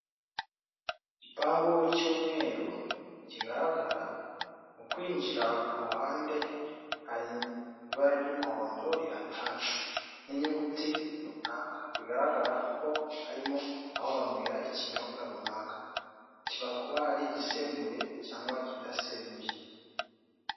Igipangu cy'umweru kigaragara, mu kwinjira kuruhande hari ibara ry'umuhondo rihatatse, n'inyuguti runaka bigaragara ko harimo aho banywera ikinyobwa runaka kiba kuba ari igisembuye cyangwa ikidasembuye.